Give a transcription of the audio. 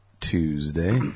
Tuesday